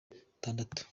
batandatu